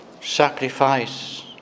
sacrifice